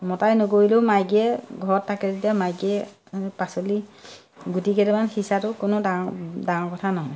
মতাই নকৰিলেও মাইকীয়ে ঘৰত থাকে যেতিয়া মাইকীয়ে পাচলি গুটি কেইটামান সিঁচাটো কোনো ডাঙৰ ডাঙৰ কথা নহয়